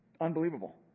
Unbelievable